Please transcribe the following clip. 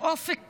אופק קמחי,